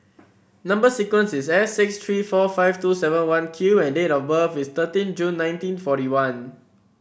number sequence is S six three four five two seven one Q and date of birth is thirteen June nineteen forty one